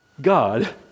God